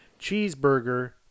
cheeseburger